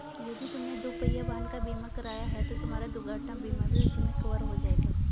यदि तुमने दुपहिया वाहन का बीमा कराया है तो तुम्हारा दुर्घटना बीमा भी उसी में कवर हो जाएगा